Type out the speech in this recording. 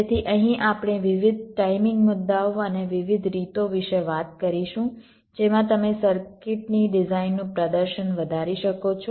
તેથી અહીં આપણે વિવિધ ટાઇમિંગ મુદ્દાઓ અને વિવિધ રીતો વિશે વાત કરીશું કે જેમાં તમે સર્કિટની ડિઝાઇનનું પ્રદર્શન વધારી શકો છો